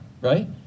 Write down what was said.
Right